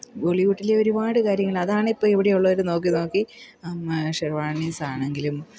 ബോളിവുഡിലെ ഒരുപാട് കാര്യങ്ങൾ അതാണിപ്പം ഇവിടെയുള്ളവർ നോക്കി നോക്കി ഷെർവാണീസ് ആണെങ്കിലും